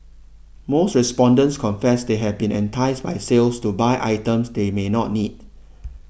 most respondents confess they have been enticed by sales to buy items they may not need